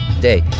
day